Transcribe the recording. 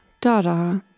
Dada